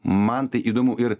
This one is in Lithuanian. man tai įdomu ir